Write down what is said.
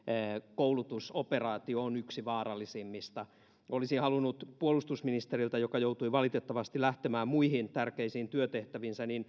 koulutusoperaatio on yksi vaarallisimmista olisin halunnut puolustusministeriltä joka joutui valitettavasti lähtemään muihin tärkeisiin työtehtäviinsä